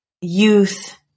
youth